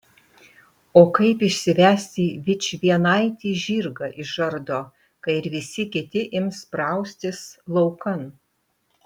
o kaip išsivesti vičvienaitį žirgą iš žardo kai ir visi kiti ims spraustis laukan